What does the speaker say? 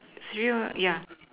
tree work yeah